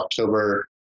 October